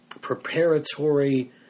preparatory